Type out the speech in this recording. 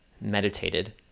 meditated